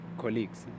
colleagues